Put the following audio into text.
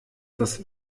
das